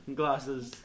glasses